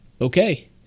okay